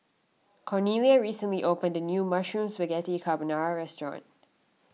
Cornelia recently opened a new Mushroom Spaghetti Carbonara restaurant